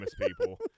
people